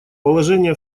положение